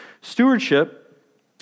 stewardship